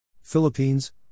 Philippines